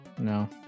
No